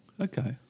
Okay